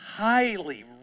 Highly